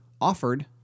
offered